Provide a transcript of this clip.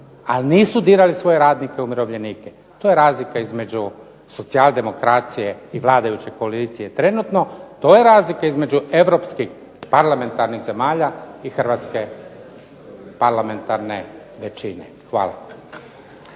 ali nisu dirali svoje radnike i umirovljenike, to je razlika između socijaldemokracije i vladajuće koalicije trenutno, to je razlika između europskih parlamentarnih zemalja i hrvatske parlamentarne većine. Hvala.